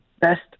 best